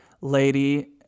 lady